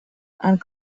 and